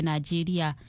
Nigeria